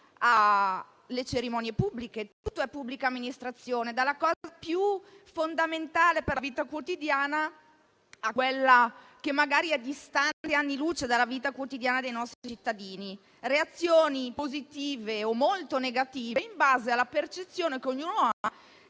alle cerimonie pubbliche. Tutto è pubblica amministrazione, dalla cosa più fondamentale per la vita quotidiana a quella che magari è distante anni luce dalla vita quotidiana dei nostri cittadini; reazioni positive o molto negative in base alla percezione che ognuno ha